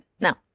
Now